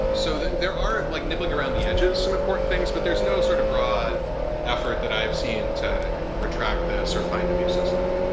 so there are, like nibbling around the edges, some important things, but there's no sort of broad effort that i've seen to re-track this or find a new system.